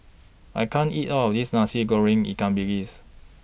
I can't eat All of This Nasi Goreng Ikan Bilis